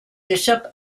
bishop